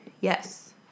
Yes